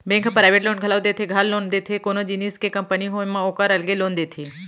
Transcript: bank ह private loan घलौ देथे, घर लोन देथे, कोनो जिनिस के कंपनी होय म ओकर अलगे लोन देथे